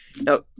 Now